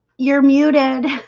you're muted